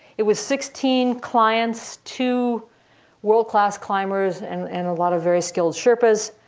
it was sixteen clients, two world class climbers, and and a lot of very skilled sherpas.